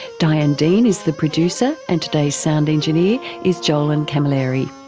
diane dean is the producer and today's sound engineer is jolen camilleri.